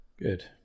Good